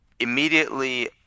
immediately